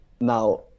now